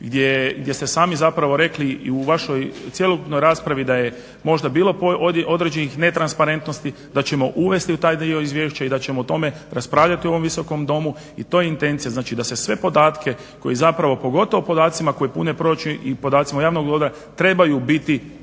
gdje ste sami zapravo rekli i u vašoj cjelokupnoj raspravi da je možda bilo određenih netransparentnosti, da ćemo uvesti u taj dio izvješća i da ćemo o tome raspravljati u ovome Visokom domu. I to je intencija, znači da se sve podatke koji zapravo pogotovo podacima koji pune proračun i podacima …/Govornik se ne